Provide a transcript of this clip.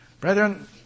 Brethren